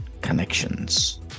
connections